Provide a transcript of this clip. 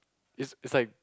is is like